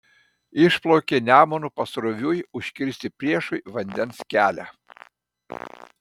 išplaukė nemunu pasroviui užkirsti priešui vandens kelią